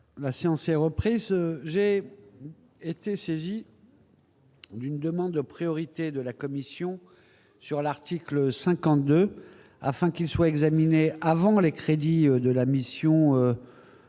La science est reprise, j'ai été saisi. D'une demande de priorité de la commission sur l'article 52 afin qu'il soit examiné avant les crédits de la mission cohésion